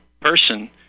person